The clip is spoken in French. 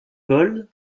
vols